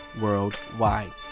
worldwide